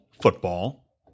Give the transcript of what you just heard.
football